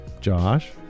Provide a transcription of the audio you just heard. Josh